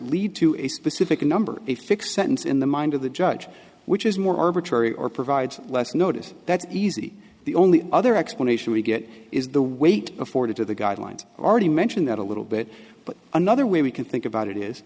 lead to a specific number a fixed sentence in the mind of the judge which is more arbitrary or provides less notice that's easy the only other explanation we get is the weight afforded to the guidelines already mentioned that a little bit but another way we can think about it is